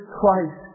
Christ